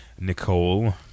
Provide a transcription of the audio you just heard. Nicole